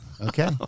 Okay